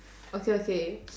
okay okay